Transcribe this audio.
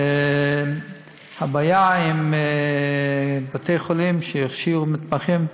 הבעיה עם בתי-חולים שהכשירו את המתמחים,